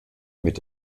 mit